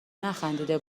نخندیده